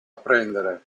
apprendere